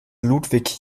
ludwig